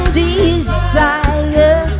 desire